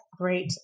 Great